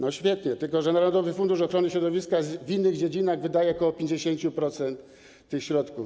To świetnie, tylko że narodowy fundusz ochrony środowiska w innych dziedzinach wydaje ok. 50% środków.